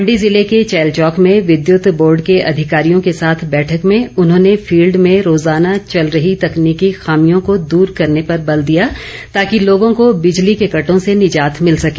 मण्डी जिले के चैलचौक में विद्युत बोर्ड के अधिकारियों के साथ बैठक में उन्होंने फील्ड में रोजाना चल रही तकनीकी खामियों को दूर करने पर बल दिया ताकि लोगों को बिजली के कटों से निजात मिल सके